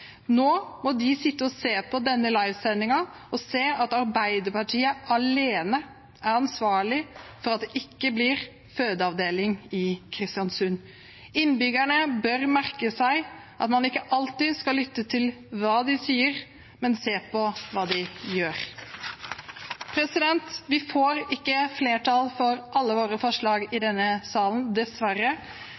Nå må de sitte og se på denne live-sendingen og se at Arbeiderpartiet alene er ansvarlig for at det ikke blir fødeavdeling i Kristiansund. Innbyggerne bør merke seg at man ikke alltid skal lytte til hva de sier, men se på hva de gjør. Vi får ikke flertall for alle våre forslag i denne salen, dessverre.